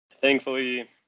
Thankfully